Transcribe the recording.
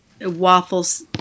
waffles